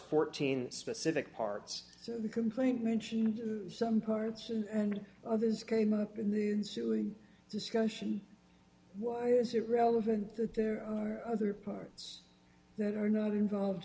fourteen specific parts so the complaint mentioned some parts and others came up in the discussion why is it relevant that there are other parts that are not involved